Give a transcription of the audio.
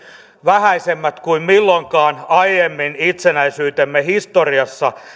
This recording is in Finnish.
vähäisemmät kuin milloinkaan aiemmin itsenäisyytemme historiassa